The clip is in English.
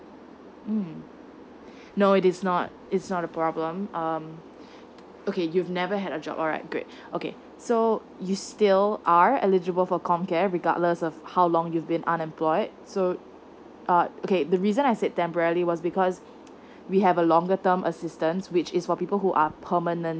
mm no it's not it's not a problem um okay you've never had a job all right good okay so you still are eligible for com care regardless of how long you've been unemployed so uh okay the reason I said temporarily was because we have a longer term assistance which is for people who are permanently